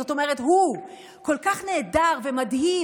זאת אומרת הוא כל כך נהדר ומדהים,